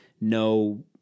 no